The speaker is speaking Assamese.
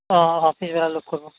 অঁ অঁ পিছবেলা লগ কৰিব